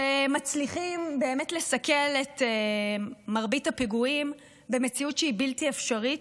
שמצליחים באמת לסכל את מרבית הפיגועים במציאות שהיא בלתי אפשרית.